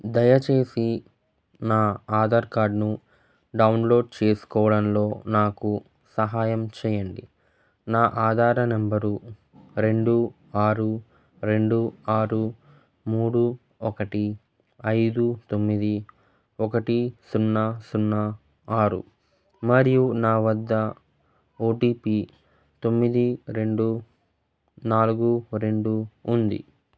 దయచేసి నా ఆధార్ కార్డ్ను డౌన్లోడ్ చేసుకోవడంలో నాకు సహాయం చేయండి నా ఆధార్ నెంబరు రెండు ఆరు రెండు ఆరు మూడు ఒకటి ఐదు తొమ్మిది ఒకటి సున్నా సున్నా ఆరు మరియు నా వద్ద ఓ టీ పీ తొమ్మిది రెండు నాలుగు రెండు ఉంది